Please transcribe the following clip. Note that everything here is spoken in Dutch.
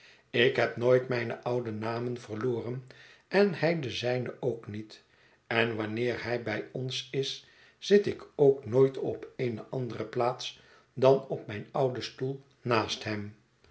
ik heb nooit mijne oude namen verloren en hij den zijnen ook niet en wanneer hij bij ons is zit ik ook nooit op eene andere plaats dan op mijn ouden stoel naast hem